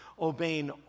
obeying